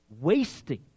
wasting